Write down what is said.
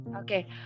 Okay